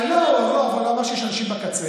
לא, אבל הוא אמר שיש אנשים בקצה.